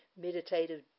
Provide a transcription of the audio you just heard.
meditative